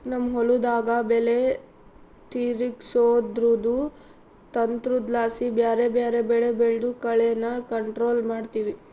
ನಮ್ ಹೊಲುದಾಗ ಬೆಲೆ ತಿರುಗ್ಸೋದ್ರುದು ತಂತ್ರುದ್ಲಾಸಿ ಬ್ಯಾರೆ ಬ್ಯಾರೆ ಬೆಳೆ ಬೆಳ್ದು ಕಳೇನ ಕಂಟ್ರೋಲ್ ಮಾಡ್ತಿವಿ